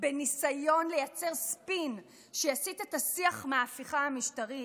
בניסיון לייצר ספין שיסיט את השיח מההפיכה המשטרית,